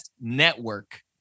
network